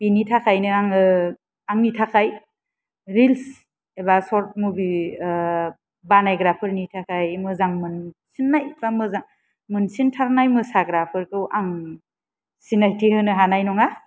बिनि थाखायनो आङो आंनि थाखाय रिल्स एबा शर्ट मुभि बानायग्राफोरनि थाखाय मोजां मोनसिननाय बा मोनसिनथारनाय मोसाग्राफोरखौ आं सिनायथि होनो हानाय नङा